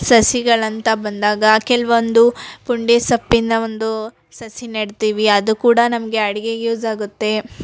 ಸಸಿಗಳಂತ ಬಂದಾಗ ಕೆಲವೊಂದು ಪುಂಡಿಸೊಪ್ಪಿನ ಒಂದು ಸಸಿ ನೆಡ್ತೀವಿ ಅದು ಕೂಡ ನಮಗೆ ಅಡ್ಗೆಗೆ ಯೂಸ್ ಆಗುತ್ತೆ